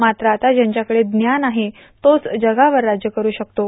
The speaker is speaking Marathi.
मात्र आता ज्यांच्याकडं ज्ञान आहे तोच जगावर राज्य करू शकतो